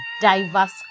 diverse